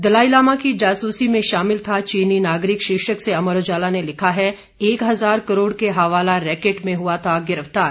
दलाई लामा की जासूसी में शामिल था चीनी नागरिक शीर्षक से अमर उजाला ने लिखा है एक इजार करोड़ के हवाला रैकेट में हुआ था गिरफ्तार